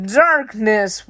darkness